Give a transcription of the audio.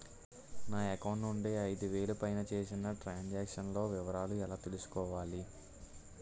నా అకౌంట్ నుండి ఐదు వేలు పైన చేసిన త్రం సాంక్షన్ లో వివరాలు ఎలా తెలుసుకోవాలి?